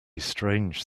strange